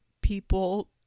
people